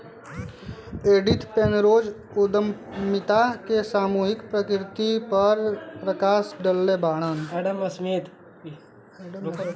Edith Penrose उद्यमिता के सामूहिक प्रकृति पर प्रकश डलले बाड़न